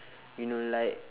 you know like